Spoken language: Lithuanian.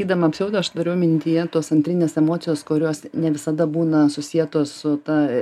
sakydama pseudo aš turiu mintyje tos antrinės emocijos kurios ne visada būna susietos su ta